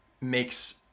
makes